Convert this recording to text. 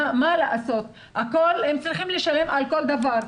מה לעשות, הם צריכים לשלם על כל דבר.